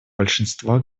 большинства